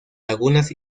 lagunas